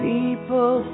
People